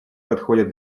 подходит